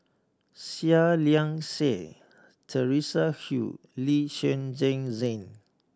Seah Liang Seah Teresa Hsu Lee Zhen Zhen Jane